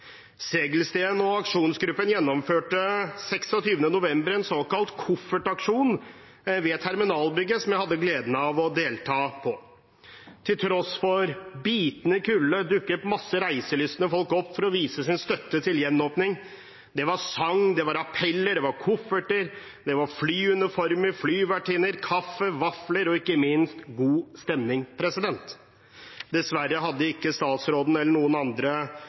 og aksjonsgruppen gjennomførte 26. november en såkalt koffertaksjon ved terminalbygget, som jeg hadde gleden av å delta på. Til tross for bitende kulde dukket masse reiselystne folk opp for å vise sin støtte til gjenåpning. Det var sang, det var appeller, det var kofferter, det var flyuniformer, flyvertinner, kaffe, vafler og ikke minst god stemning. Dessverre hadde ikke statsråden eller noen andre